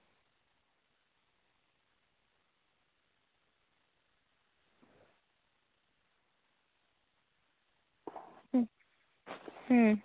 ᱦᱩᱸ